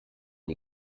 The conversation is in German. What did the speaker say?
die